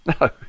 no